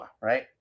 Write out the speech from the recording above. right